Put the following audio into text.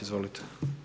Izvolite.